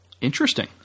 Interesting